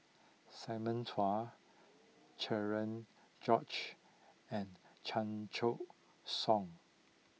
Simon Chua Cherian George and Chan Choy Siong